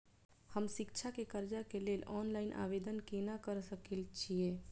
हम शिक्षा केँ कर्जा केँ लेल ऑनलाइन आवेदन केना करऽ सकल छीयै?